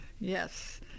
Yes